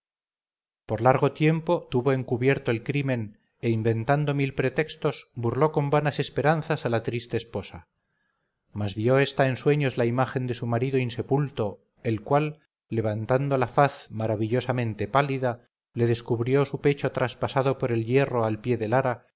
por largo tiempo tuvo encubierto el crimen e inventando mil pretextos burló con vanas esperanzas a la triste esposa mas vio esta en sueños la imagen de su marido insepulto el cual levantando la faz maravillosamente pálida le descubrió su pecho traspasado por el hierro al pie del ara